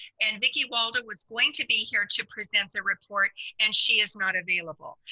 and vicki waldo was going to be here to present the report and she is not available.